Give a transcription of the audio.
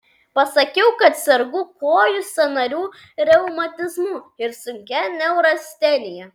pasakiau kad sergu kojų sąnarių reumatizmu ir sunkia neurastenija